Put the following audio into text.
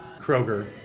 Kroger